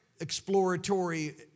exploratory